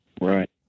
Right